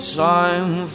time